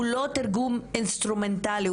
הוא לא תרגום אינסטרומנטלי,